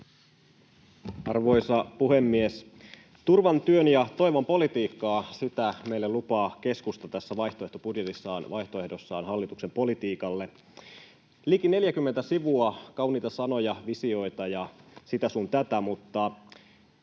Arvoisa puhemies! Turvan, työn ja toivon politiikkaa — sitä meille lupaa keskusta tässä vaihtoehtobudjetissaan, vaihtoehdossaan hallituksen politiikalle. [Puhuja heiluttaa kädessään keskustan